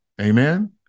Amen